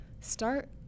start